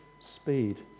speed